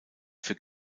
für